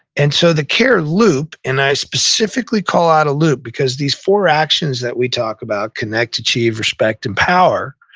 and so the care loop, and i specifically call out a loop, because these four actions that we talk about, connect, achieve, respect, empower,